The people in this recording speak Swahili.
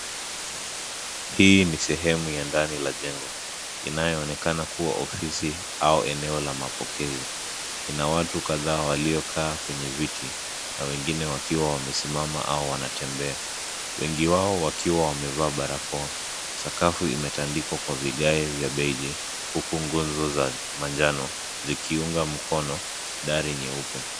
Hii ni sehemu ya ndani la jengo, inayoonekana kuwa ofisi au eneo la mapokezi, ina watu kadhaa waliokaa kwenye viti, na wengine wakiwa wamesimama au wanatembea, wengi wao wakiwa wamevaa barakoa, sakafu imetandikwa kwa vigae vya beigi, huku nguzo za manjano, zikiunga mkono, dari nyeupe.